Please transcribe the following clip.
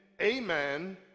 amen